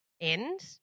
end